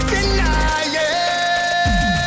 Denying